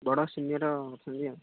ବଡ଼ ସିନିୟର୍ ଅଛନ୍ତି ଆଉ